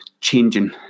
changing